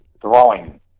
throwing